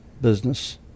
business